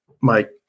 Mike